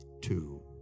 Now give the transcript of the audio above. two